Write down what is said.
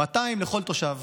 200, לכל תושב.